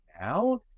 now